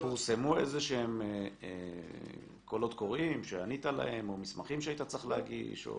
פורסמו איזה שהם קולות קוראים שענית להם או מסמכים שהיית צריך להגיש?